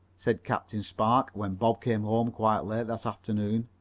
said captain spark when bob came home quite late that afternoon.